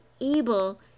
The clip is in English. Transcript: able